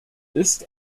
ist